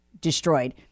destroyed